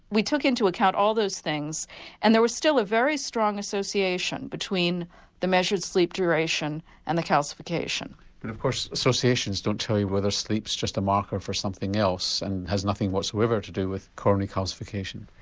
we took into account all those things and there was still a very strong association between the measured sleep duration and the calcification. but of course associations don't tell you whether sleep is just a marker for something else and has nothing whatsoever to do with coronary calcification.